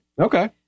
Okay